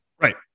Right